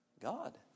God